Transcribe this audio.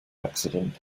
accident